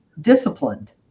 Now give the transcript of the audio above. disciplined